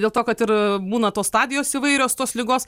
dėl to kad ir būna tos stadijos įvairios tos ligos